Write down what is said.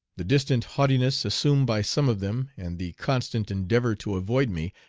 the distant haughtiness assumed by some of them, and the constant endeavor to avoid me,